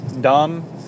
dumb